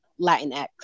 Latinx